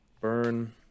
burn